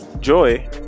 joy